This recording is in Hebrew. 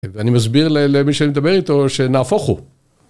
ואני מסביר למי שמדבר איתו שנהפוכו.